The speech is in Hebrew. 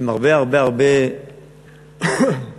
עם הרבה הרבה הרבה רוע,